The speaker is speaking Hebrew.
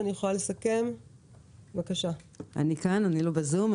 אני כאן, לא בזום.